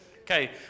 Okay